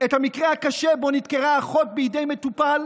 את המקרה הקשה שבו נדקרה אחות בידי מטופל.